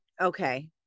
okay